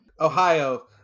Ohio